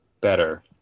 better